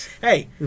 Hey